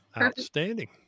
Outstanding